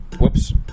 Whoops